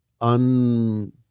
un